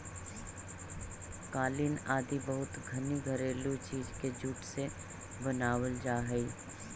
कालीन आदि बहुत सनी घरेलू चीज के जूट से बनावल जा हइ